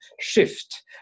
shift